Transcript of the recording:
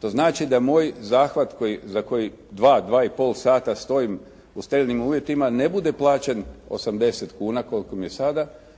To znači da moj zahvat za koji 2, 2,5 sata stojim u sterilnim uvjetima ne bude plaćen 80 kuna, koliko mi je sada,